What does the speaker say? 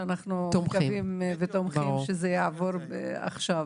שאנחנו מקווים ותומכים שזה יעבור עכשיו.